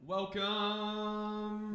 Welcome